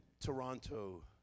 Toronto